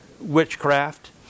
witchcraft